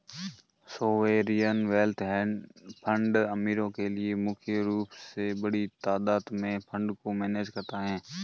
sovereign wealth fund अमीरो के लिए मुख्य रूप से बड़ी तादात में फंड को मैनेज करता है